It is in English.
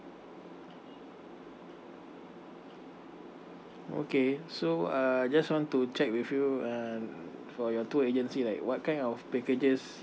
okay so uh just want to check with you uh for your tour agency like what kind of packages